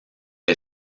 est